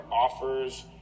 offers